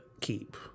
keep